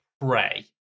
pray